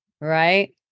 Right